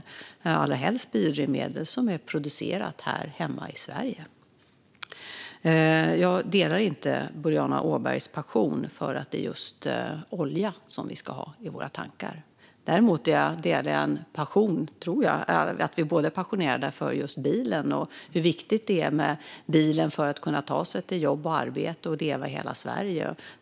Det ska allra helst vara biodrivmedel som är producerat här hemma i Sverige. Jag delar inte Boriana Åbergs passion för att vi ska ha just olja i våra tankar. Däremot tror jag att vi båda är passionerade för just bilen och för hur viktig bilen är för att man ska kunna ta sig till jobb och arbete i hela Sverige.